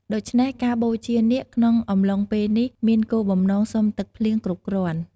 ដូច្នេះ ការបូជានាគក្នុងអំឡុងពេលនេះមានគោលបំណងសុំទឹកភ្លៀងគ្រប់គ្រាន់។